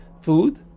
food